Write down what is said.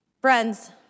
Friends